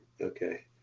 Okay